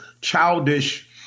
childish